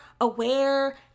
aware